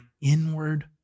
inward